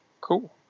Cool